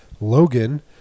Logan